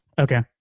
okay